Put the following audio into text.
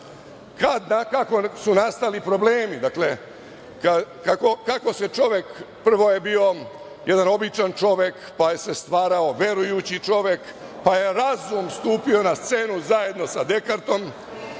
znate kako su nastali problemi, kako se čovek, prvo je bio jedan običan čovek, pa se stvarao verujući čovek, pa je razum stupio na scenu zajedno sa Dekartom,